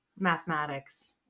mathematics